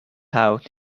out